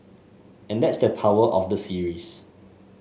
and that's the power of the series